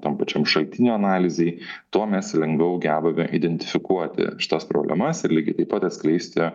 tom pačiom šaltinių analizei tuo mes lengviau gebame identifikuoti šitas problemas ir lygiai taip pat atskleisti